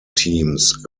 teams